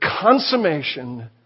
consummation